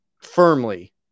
firmly